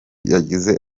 yagize